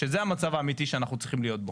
שזה המצב האמיתי שאנחנו צריכים להיות בו.